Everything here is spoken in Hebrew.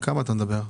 על כמה אתה מדבר,